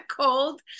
cold